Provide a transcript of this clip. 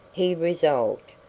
he resolved.